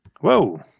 Whoa